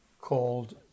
called